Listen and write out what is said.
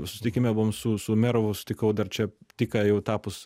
susitikime buvom su su umerovu susitikau dar čia tik ką jau tapus